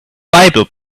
bible